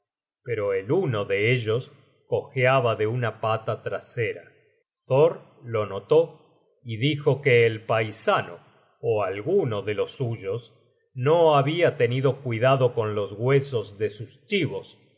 pero el uno de ellos cojeaba de una pata trasera thor lo notó y dijo que el paisano ó alguno de los suyos no habia tenido cuidado con los huesos de sus chibos